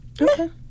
Okay